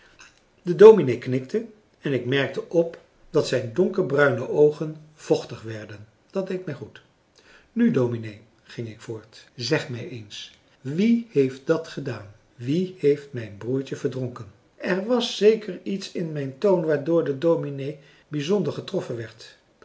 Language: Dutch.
de dominee knikte en ik merkte op dat zijn donkerbruine oogen vochtig werden dat deed mij goed nu dominee ging ik voort zeg mij eens wie heeft dat gedaan wie heeft mijn broertje verdronken er was zeker iets in mijn toon waardoor de dominee bijzonder getroffen werd